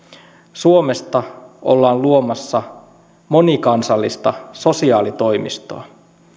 suomesta ollaan luomassa monikansallista sosiaalitoimistoa